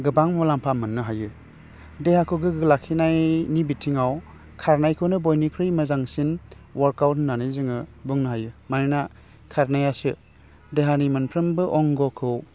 गोबां मुलाम्फा मोन्नो हायो देहाखौ गोग्गो लाखिनायनि बिथिङाव खारनायखौनो बयनिख्रुइबो मोजांसिन वार्कआवोट होन्नानै जोङो बुंनो हायो मानोना खारनायासो देहानि मोनफ्रोमबो अंगखौ